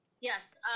yes